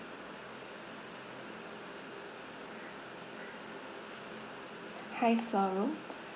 high floor room